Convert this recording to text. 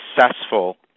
successful